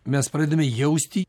mes pradedame jausti